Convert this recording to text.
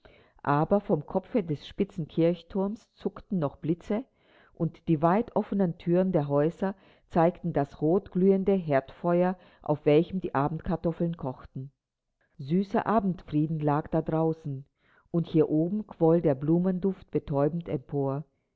aber vom kopfe des spitzen kirchturms zuckten noch blitze und die weit offenen thüren der häuser zeigten das rotglühende herdfeuer auf welchem die abendkartoffeln kochten süßer abendfrieden lag da draußen und hier oben quoll der blumenduft betäubend empor